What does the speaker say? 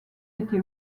été